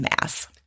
mass